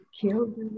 killed